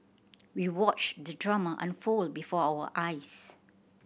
we watched the drama unfold before our eyes